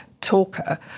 talker